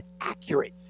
accurate